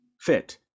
fit